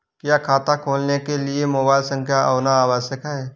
क्या खाता खोलने के लिए मोबाइल संख्या होना आवश्यक है?